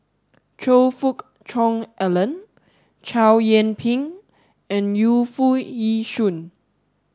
Choe Fook Cheong Alan Chow Yian Ping and Yu Foo Yee Shoon